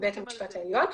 בבית המשפט העליון.